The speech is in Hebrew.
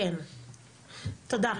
כן, תודה.